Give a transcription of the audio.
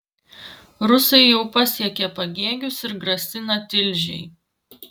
rusai jau pasiekė pagėgius ir grasina tilžei